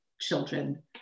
children